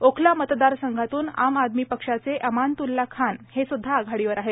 ओखला मतदारसंघातून आम आदमी पक्षाचे अमानवुल्ला खान हे सुद्धा आघाडीवर आहेत